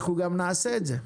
אנחנו גם נעשה את זה.